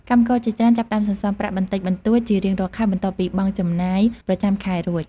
កម្មករជាច្រើនចាប់ផ្តើមសន្សំប្រាក់បន្តិចបន្តួចជារៀងរាល់ខែ បន្ទាប់ពីបង់ចំណាយប្រចាំខែរួច។